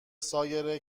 سایر